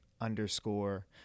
underscore